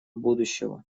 будущего